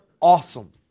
awesome